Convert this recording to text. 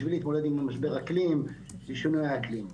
בשביל להתמודד עם משבר אקלים ושינויי האקלים.